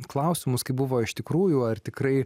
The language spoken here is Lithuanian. klausimus kaip buvo iš tikrųjų ar tikrai